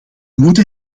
moeten